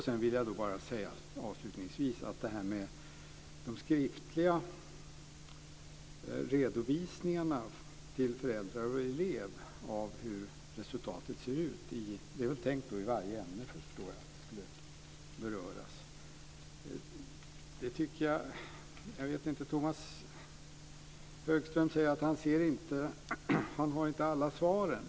Sedan vill jag avslutningsvis säga något om de här skriftliga redovisningarna till föräldrar och elev av hur resultatet ser ut - i varje ämne är det väl tänkt. Tomas Högström säger att han inte har alla svaren.